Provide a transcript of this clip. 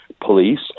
police